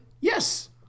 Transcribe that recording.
Yes